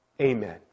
Amen